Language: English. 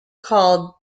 called